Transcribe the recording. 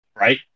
Right